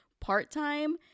part-time